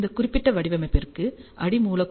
இந்த குறிப்பிட்ட வடிவமைப்பிற்கு அடி மூலக்கூறு εr 2